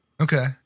Okay